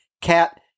cat